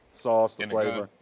sauce the and flavor.